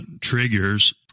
triggers